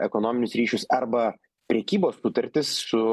ekonominius ryšius arba prekybos sutartis su